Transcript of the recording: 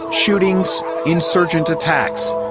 ah shootings, insurgent attacks,